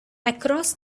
across